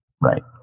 Right